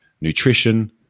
nutrition